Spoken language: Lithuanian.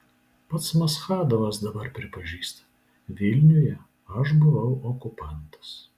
pats maschadovas dabar pripažįsta vilniuje aš buvau okupantas